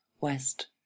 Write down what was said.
West